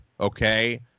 okay